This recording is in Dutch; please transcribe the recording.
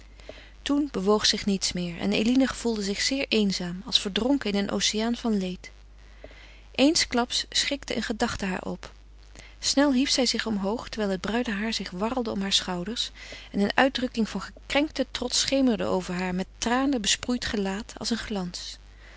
toen bewoog zich niets meer en eline gevoelde zich zeer eenzaam als verdronken in een oceaan van leed eensklaps schrikte een gedachte haar op snel hief zij zich omhoog terwijl het bruine haar zich warrelde om haar schouders en een uitdrukking van gekrenkten trots schemerde over haar met tranen besproeid gelaat als een glans